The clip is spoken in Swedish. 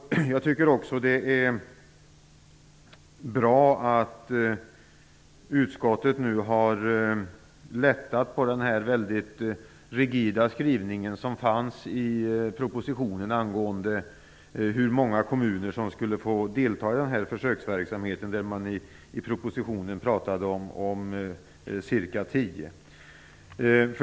Jag tycker också att det är bra att utskottet nu har lättat på den väldigt rigida skrivning som fanns i propositionen angående hur många kommuner som skulle få delta i försöksverksamheten. I propositionen talade man om cirka tio.